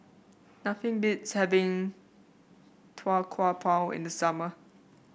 nothing beats having Tau Kwa Pau in the summer